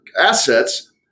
assets